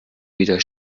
wieder